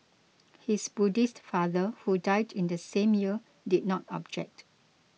his Buddhist father who died in the same year did not object